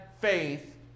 faith